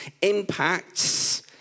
impacts